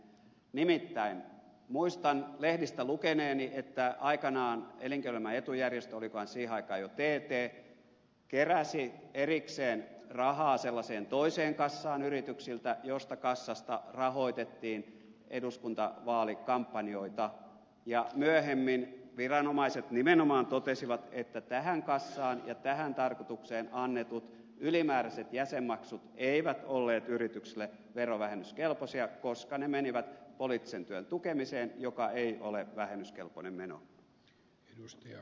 nimittäin muistan lehdistä lukeneeni että aikanaan elinkeinoelämän etujärjestö olikohan se siihen aikaan jo tt keräsi erikseen rahaa sellaiseen toiseen kassaan yrityksiltä josta kassasta rahoitettiin eduskuntavaalikampanjoita ja myöhemmin viranomaiset nimenomaan totesivat että tähän kassaan ja tähän tarkoitukseen annetut ylimääräiset jäsenmaksut eivät olleet yritykselle verovähennyskelpoisia koska ne menivät poliittisen työn tukemiseen joka ei ole vähennyskelpoinen meno